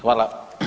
Hvala.